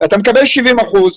אתה מקבל 70 אחוזים,